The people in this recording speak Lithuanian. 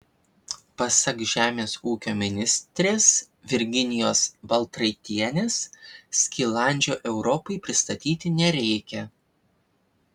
pasak žemės ūkio ministrės virginijos baltraitienės skilandžio europai pristatyti nereikia